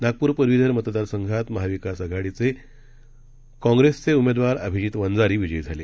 नागपूरपदवीधरमतदारसंघातमहाविकासआघाडीचे काँग्रेसपक्षाचेउमेदवारअभिजितवंजारीविजयीझाले